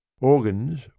Organs